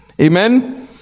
amen